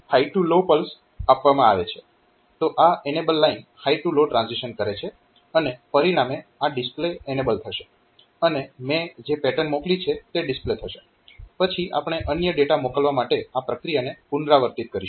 તો આ enable line high to low transition કરે છે અને પરિણામે આ ડિસ્પ્લે એનેબલ થશે અને મેં જે પેટર્ન મોકલી છે તે ડિસ્પ્લે થશે પછી આપણે અન્ય ડેટા મોકલવા માટે આ પ્રક્રિયાને પુનરાવર્તિત કરીશું